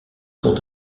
sont